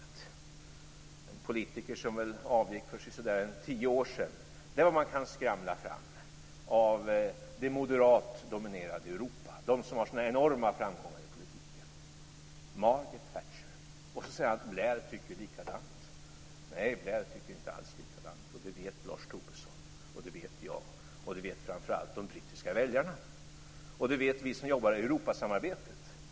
Det är en politiker som avgick för så där en tio år sedan. Det är vad man kan skramla fram av det moderat dominerade Europa, de som har så enorma framgångar i politiken. Margaret Thatcher. Sedan säger han att Blair tycker likadant. Nej, Blair tycker inte alls likadant, och det vet Lars Tobisson, det vet jag och det vet framför allt de brittiska väljarna. Det vet vi som jobbar i Europasamarbetet.